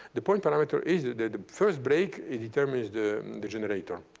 the point parameter is the first break determines the the generator.